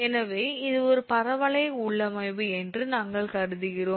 எனவே இது ஒரு பரவளைய உள்ளமைவு என்று நாங்கள் கருதுகிறோம்